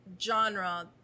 genre